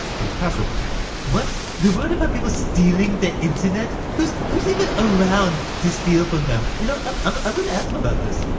but, it's password protected. what! they're worried about people stealing their internet! who's. who's around to steal from them? you know, i'm um um gonna ask them about this.